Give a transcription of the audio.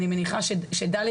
אני מניחה שד',